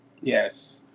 Yes